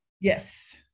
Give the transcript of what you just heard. Yes